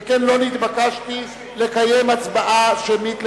שכן לא נתבקשתי לקיים הצבעה אישית לגביה.